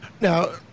Now